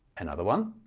another one.